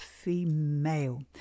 female